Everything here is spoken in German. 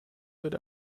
wird